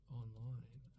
online